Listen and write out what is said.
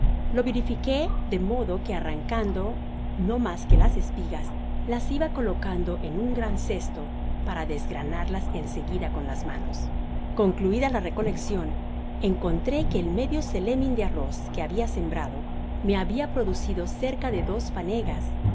la verifiqué de modo que arrancando do mas que las espigas las iba colocando eu un gran cesto para desgranarlas en seguida con las manos concluida la recoleccion encontré que el medio celemin de arroz que habia sembrado me babia producido cerca de dos fanegas